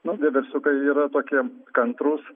na vieversiukai yra tokie kantrūs